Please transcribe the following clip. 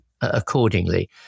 accordingly